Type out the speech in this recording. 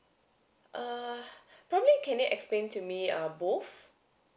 err probably can you explain to me err both